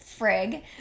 frig